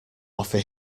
offer